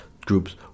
groups